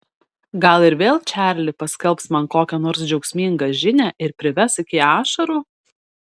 gal ir vėl čarli paskelbs man kokią nors džiaugsmingą žinią ir prives iki ašarų